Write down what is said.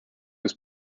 was